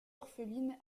orpheline